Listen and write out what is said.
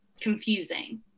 confusing